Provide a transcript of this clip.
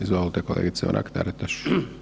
Izvolite kolegice Mrak-Taritaš.